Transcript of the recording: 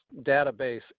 database